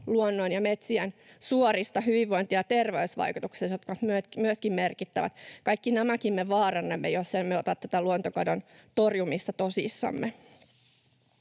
luonnon ja metsien suorista hyvinvointi- ja terveysvaikutuksista, jotka ovat myöskin merkittävät. Kaikki nämäkin me vaarannamme, jos emme ota tätä luontokadon torjumista tosissamme.